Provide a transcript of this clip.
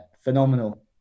Phenomenal